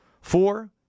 four